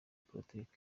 politiki